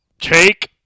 Take